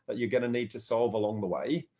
that you're going to need to solve along the way.